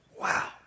Wow